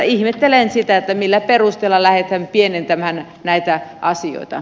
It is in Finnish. ihmettelen sitä millä perusteella lähdetään pienentämään näitä asioita